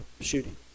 shooting